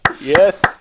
Yes